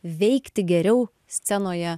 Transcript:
veikti geriau scenoje